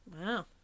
Wow